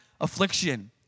affliction